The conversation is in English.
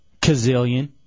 Kazillion